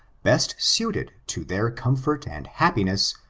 best suited to their comfort and happiness,